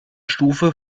stufe